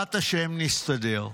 בעזרת השם נסתדר.